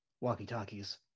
Walkie-talkies